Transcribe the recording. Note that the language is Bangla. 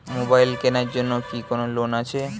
মোবাইল কেনার জন্য কি কোন লোন আছে?